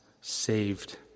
saved